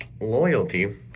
Loyalty